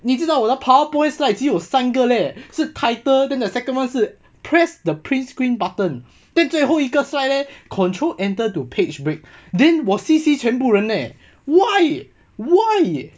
你知道我的 PowerPoint slides 只有三个 leh 是 title then the second one 是 press the print screen button then 最后一个 slide leh control enter to page brick then 我 C_C 全部人 leh why why